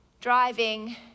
driving